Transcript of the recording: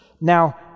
Now